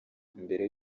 mbere